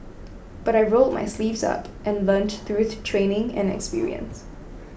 but I rolled my sleeves up and learnt through training and experience